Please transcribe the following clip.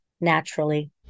naturally